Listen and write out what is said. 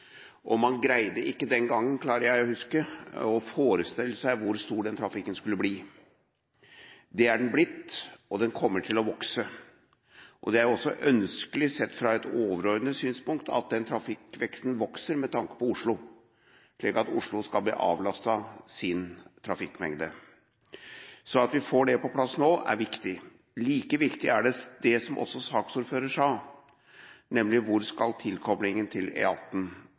og man greide ikke den gangen å forestille seg hvor stor trafikken skulle bli. Den er blitt stor, og den kommer til å vokse. Det er også ønskelig sett fra et overordnet synspunkt at den trafikken vokser med tanke på Oslo, slik at Oslo skal bli avlastet sin trafikkmengde. At vi får det på plass nå, er viktig. Like viktig er det som saksordføreren også sa, nemlig hvor tilkoblingen til